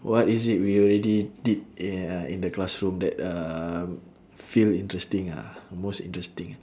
what is it we already did in uh in the classroom that uh feel interesting ah most interesting